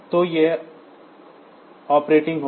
तो यह ऑपरेटिंग होगा